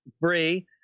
Bree